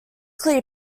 clear